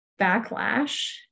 backlash